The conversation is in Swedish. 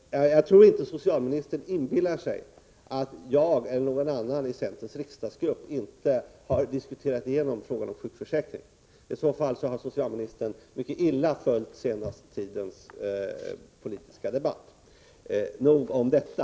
Nr 143 Herr talman! Jag tror inte att socialministern inbillar sig att jag eller någon Måndagen den annan i centerns riksdagsgrupp underlåtit att tänka igenom frågan om 13 maj 1985 sjukförsäkringen. Om socialministern gör det har han mycket illa följt den senaste tidens politiska debatt. Nog om detta!